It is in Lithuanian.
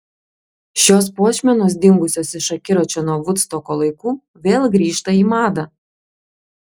šios puošmenos dingusios iš akiračio nuo vudstoko laikų vėl grįžta į madą